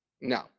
No